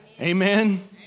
Amen